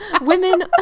Women